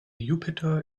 jupiter